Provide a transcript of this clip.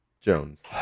Jones